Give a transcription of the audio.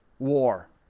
war